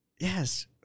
Yes